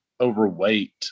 overweight